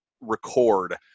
record